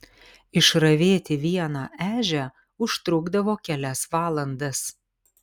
išravėti vieną ežią užtrukdavo kelias valandas